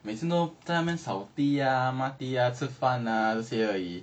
每次都在那边扫地啊抹地啊吃饭 ah 那些而已